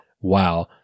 Wow